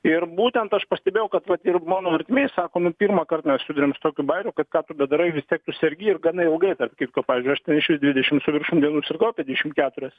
ir būtent aš pastebėjau kad vat ir mano artimieji sako nu pirmą kart mes susiduriam su tokiu bairiu ką tu bedarai vis tiek tu sergi ir gana ilgai tarp kitko pavyzdžiui aš ten išvis dvidešim su viršum dienų sirgau apie dvidešim keturias